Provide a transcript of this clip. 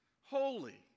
holy